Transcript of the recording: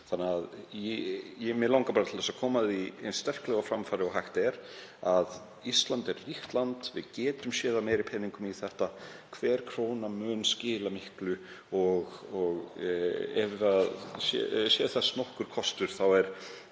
við. Mig langar bara til að koma því eins sterklega á framfæri og hægt er að Ísland er ríkt land. Við getum séð af meiri peningum í þetta, hver króna mun skila miklu og sé þess nokkur kostur er